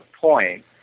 point